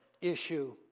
issue